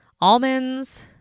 almonds